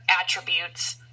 attributes